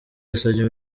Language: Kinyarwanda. yasabye